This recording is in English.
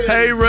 Hey